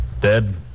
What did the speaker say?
Dead